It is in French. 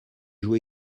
joue